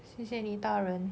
谢谢你大人